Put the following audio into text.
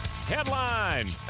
headline